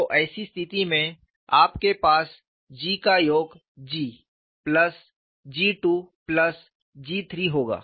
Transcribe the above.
तो ऐसी स्थिति में आपके पास G का योग G I plus G II plus G III होगा